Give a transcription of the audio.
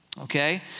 okay